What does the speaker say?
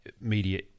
media